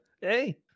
hey